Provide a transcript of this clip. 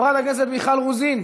חברת הכנסת מיכל רוזין,